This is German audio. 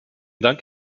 dank